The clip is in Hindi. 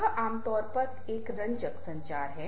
यह आमतौर पर एक रंजक संचार है